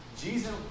Jesus